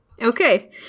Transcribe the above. okay